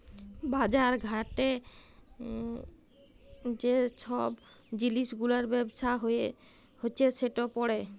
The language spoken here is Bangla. বাজার ঘাটে যে ছব জিলিস গুলার ব্যবসা হছে সেট পড়ে